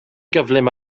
gyflym